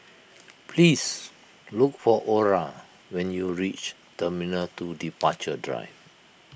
please look for Orra when you reach Terminal two Departure Drive